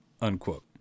Unquote